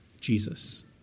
Jesus